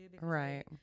right